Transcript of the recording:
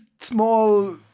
small